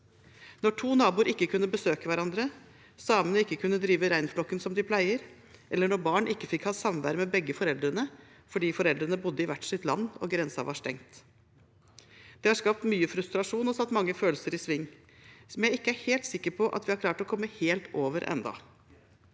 At to naboer ikke kunne besøke hverandre, at samene ikke kunne drive reinflokken som de pleier, eller at barn ikke fikk ha samvær med begge foreldrene fordi foreldrene bodde i hvert sitt land og grensen var stengt, har skapt mye frustrasjon og satt mange følelser i sving som jeg ikke er helt sikker på at vi har klart å komme helt over ennå.